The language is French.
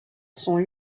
son